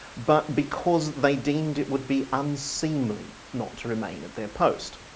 but because they deemed it would be unseemly not to remain at their post.